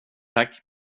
tack